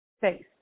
Face